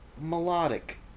Melodic